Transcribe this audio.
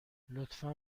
لطفا